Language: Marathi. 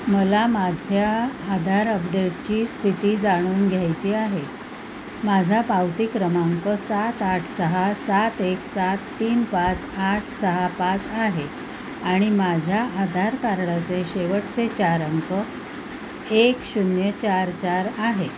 मला माझ्या आधार अपडेटची स्थिती जाणून घ्यायची आहे माझा पावती क्रमांक सात आठ सहा सात एक सात तीन पाच आठ सहा पाच आहे आणि माझ्या आधार कार्डाचे शेवटचे चार अंक एक शून्य चार चार आहे